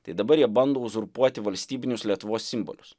tai dabar jie bando uzurpuoti valstybinius lietuvos simbolius